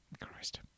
Christ